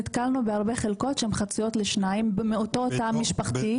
נתקלנו בהרבה חלקות שהן חצויות לשניים מאותו תא משפחתי.